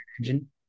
engine